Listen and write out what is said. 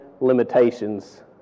limitations